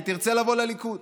היא תרצה לבוא לליכוד.